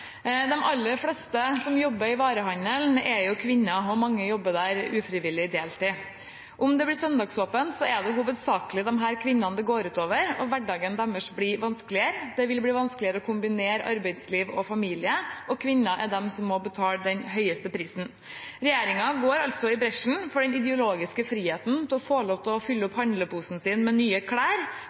aller fleste som jobber i varehandelen, er kvinner, og mange jobber der ufrivillig deltid. Om det blir søndagsåpent, er det hovedsakelig disse kvinnene det går ut over, og hverdagen deres blir vanskeligere. Det blir vanskeligere å kombinere arbeidsliv og familie, og kvinnene er de som må betale den høyeste prisen. Regjeringen går altså i bresjen for den ideologiske friheten til å få lov til å fylle opp handleposen med nye klær